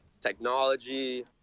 technology